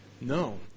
No